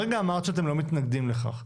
הרגע אמרת שאתם לא מתנגדים לכך,